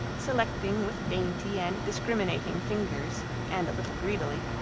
selecting with dainty and discriminating fingers and a little greedily,